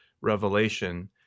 Revelation